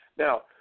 Now